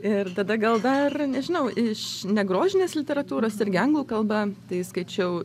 ir tada gal dar nežinau iš negrožinės literatūros irgi anglų kalba tai skaičiau